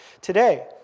today